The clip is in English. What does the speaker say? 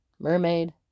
Mermaid